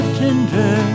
tender